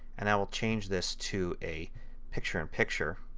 and i'll change this to a picture-in-picture.